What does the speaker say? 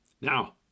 Now